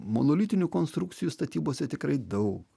monolitinių konstrukcijų statybose tikrai daug